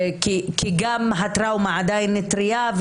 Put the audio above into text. כי גם הטראומה עדיין טרייה,